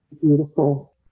beautiful